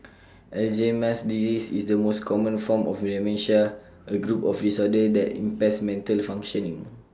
Alzheimer's disease is the most common form of dementia A group of disorders that impairs mental functioning